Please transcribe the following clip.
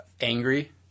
angry